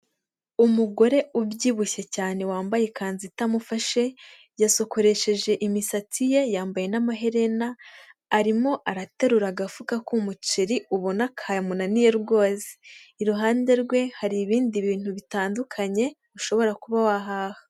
Umugore ubyibushye cyane wambaye ikanzu itamufashe yasokoresheje imisatsi ye yambaye n'amaherena, arimo araterura agafuka k'umuceri ubona kamunaniye rwose, iruhande rwe hari ibindi bintu bitandukanye ushobora kuba wahaha.